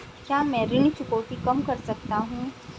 क्या मैं ऋण चुकौती कम कर सकता हूँ?